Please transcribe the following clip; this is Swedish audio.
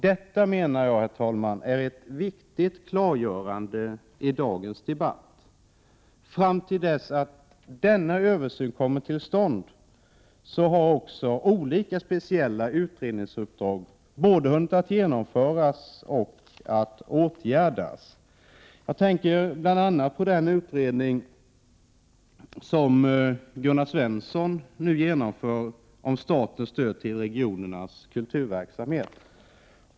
Detta är ett viktigt klargörande i dagens debatt. Fram till dess att denna översyn kommer till stånd har också olika speciella utredningsuppdrag hunnit att både genomföras och åtgärdas. Jag tänker bl.a. på den utredning som Gunnar Svensson nu genomför om statens stöd till regionernas kulturverksamhet.